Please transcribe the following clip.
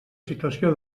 situació